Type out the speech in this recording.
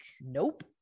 nope